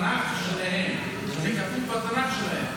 התנ"ך שלהם, זה כתוב בתנ"ך שלהם.